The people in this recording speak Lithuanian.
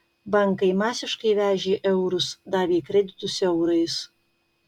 bankai masiškai vežė eurus davė kreditus eurais